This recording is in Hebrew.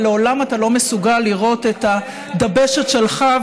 אבל לעולם אתה לא מסוגל לראות את הדבשת שלך,